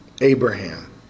Abraham